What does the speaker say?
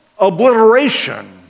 obliteration